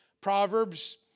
Proverbs